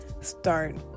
start